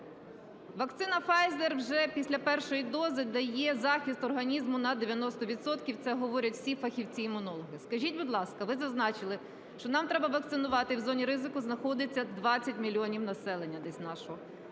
Вакцина Pfizer вже після першої дози дає захист організму на 90 відсотків, це говорять всі фахівці-імунологи. Скажіть, будь ласка, ви зазначили, що нам треба вакцинувати… В зоні ризику знаходиться 20 мільйонів населення десь нашого. Коли